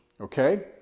Okay